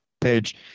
page